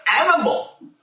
animal